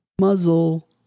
muzzle